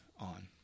on